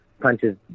punches